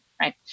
right